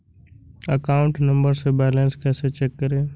Account number से balance कैसे check करें?